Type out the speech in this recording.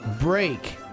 Break